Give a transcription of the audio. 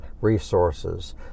resources